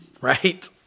right